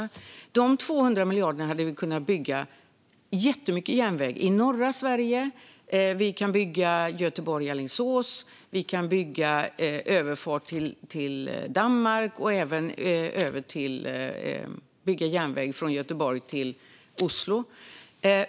För dessa 200 miljarder hade vi kunnat bygga jättemycket järnväg i norra Sverige. Vi kan bygga Göteborg-Alingsås, vi kan bygga överfart till Danmark och vi kan även bygga järnväg från Göteborg till Oslo.